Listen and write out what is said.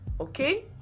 okay